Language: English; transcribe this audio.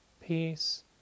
peace